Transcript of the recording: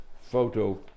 photo